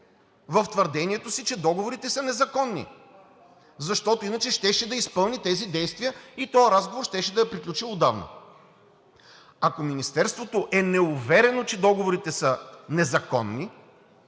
в твърдението си, че договорите са незаконни, защото иначе щеше да изпълни тези действия и този разговор щеше да е приключил отдавна. Ако Министерството е неуверено, че договорите са незаконни,